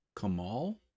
Kamal